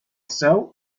cel